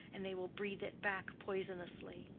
and they will breathe it back poisonously.